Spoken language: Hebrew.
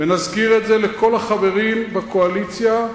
ונזכיר את זה לכל החברים בקואליציה,